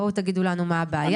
בואו תגידו לנו מה הבעיה.